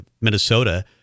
Minnesota